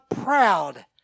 proud